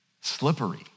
Slippery